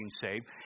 saved